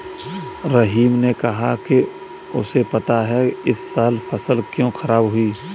रहीम ने कहा कि उसे पता है इस साल फसल क्यों खराब हुई